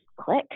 click